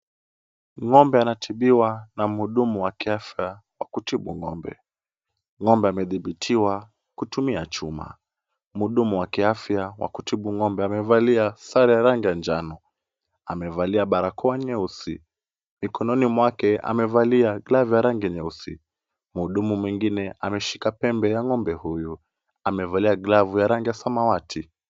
Ng'ombe anatibiwa na muhudumu wa kiafya wa kutibu ngombe. Ng'ombe amedhibitiwa kutumia chuma. Muhudumu wa kiafya wa kutibu ng'ombe amevalia sare ya rangi ya njano. Amevalia barakoa nyeusi. Mikononi mwake amevalia glavu ya rangi nyeusi. Mhudumu mwingine ameshika pembe ya ng'ombe huyu. Amevalia glavu ya rangi ya samawati.